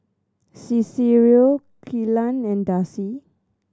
Cicero Kelan and Darcy